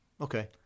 Okay